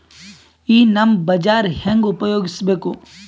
ಈ ನಮ್ ಬಜಾರ ಹೆಂಗ ಉಪಯೋಗಿಸಬೇಕು?